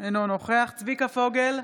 אינו נוכח צביקה פוגל,